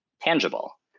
tangible